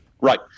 Right